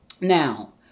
Now